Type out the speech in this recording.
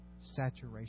saturation